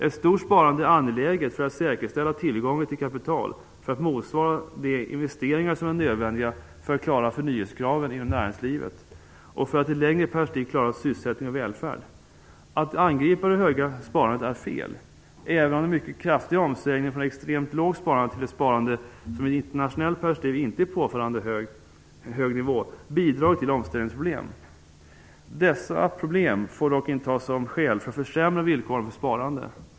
Ett stort sparande är angeläget för att säkerställa tillgången till kapital för att motsvara de investeringar som är nödvändiga för att klara förnyelsekraven inom näringslivet och för att i ett längre perspektiv klara sysselsättning och välfärd. Att angripa det höga sparandet är fel, även om den mycket kraftiga omsvängningen från extremt lågt sparande till ett sparande som i ett internationellt perspektiv inte är på en påfallande hög nivå bidrar till omställningsproblem. Dessa problem får dock inte tas som skäl för att försämra villkoren för sparande.